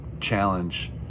challenge